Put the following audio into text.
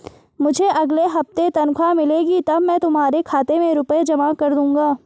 मुझे अगले हफ्ते तनख्वाह मिलेगी तब मैं तुम्हारे खाते में रुपए जमा कर दूंगा